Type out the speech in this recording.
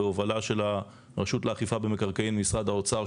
בהובלה של רשות לאכיפה במקרקעין במשרד האוצר,